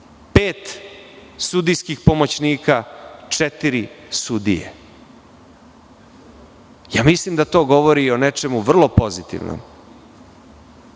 sudijskih pomoćnika, četiri sudije. Mislim da to govori o nečemu vrlo pozitivnom.